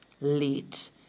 late